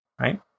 right